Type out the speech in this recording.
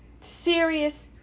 serious